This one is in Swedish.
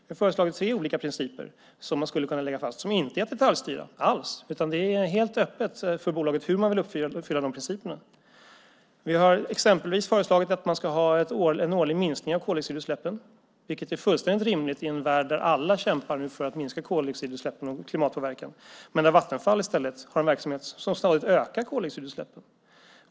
Vi har föreslagit tre olika principer som man skulle kunna lägga fast och som inte alls är att detaljstyra, utan det är helt öppet för bolaget hur man vill uppfylla dessa principer. Vi har exempelvis föreslagit att man ska ha en årlig minskning av koldioxidutsläppen, vilket är fullständigt rimligt i en värld där alla nu kämpar för att minska koldioxidutsläppen och klimatpåverkan. Men Vattenfall har i stället en verksamhet som stadigt ökar koldioxidutsläppen.